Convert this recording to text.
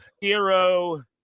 Hero